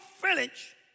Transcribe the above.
village